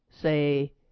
say